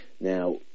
Now